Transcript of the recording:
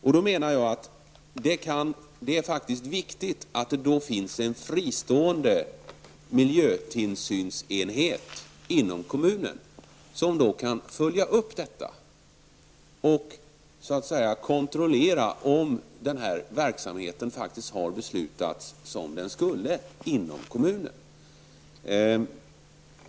Jag menar att det då är viktigt att det finns en fristående miljötillsynsenhet inom kommunen som kan följa upp besluten och kontrollera om besluten inom den kommunala verksamheten har fattats på det sätt de skall.